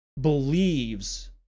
believes